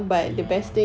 ya